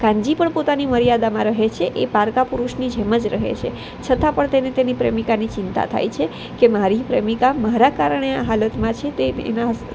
કાનજી પણ પોતાની મર્યાદામાં રહે છે એ પારકા પુરુષની જેમ જ રહે છે છતાં પણ તેને તેની પ્રેમિકાની ચિંતા થાય છે કે મારી પ્રેમિકા મારા કારણે આ હાલતમાં છે તે એના